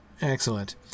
excellent